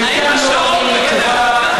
חלקם לא ראוי לתשובה,